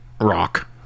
Rock